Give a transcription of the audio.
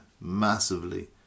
massively